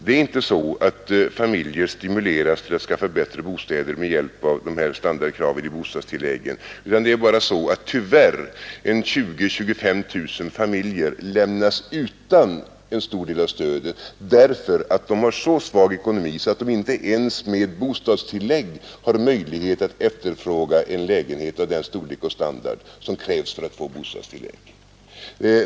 Det är inte så att familjer stimuleras att skaffa bättre bostäder med hjälp av standardkravet för bostadstilläggen, utan det är tyvärr så att 20 000—25 000 familjer lämnas utan en stor del av stödet för att de har så svag ekonomi att de inte ens med bostadstillägg har möjlighet att efterfråga en lägenhet av den storlek och standard som krävs för att man skall få bostadstillägg.